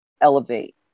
elevate